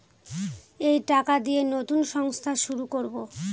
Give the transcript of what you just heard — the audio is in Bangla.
এই টাকা দিয়ে নতুন সংস্থা শুরু করবো